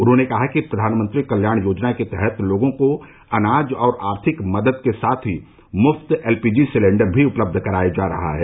उन्होंने कहा कि प्रधानमंत्री कल्याण योजना के तहत लोगों को अनाज और आर्थिक मदद के साथ ही मुफ्त एल पी जी सिलेंडर भी उपलब्ध कराया जा रहा है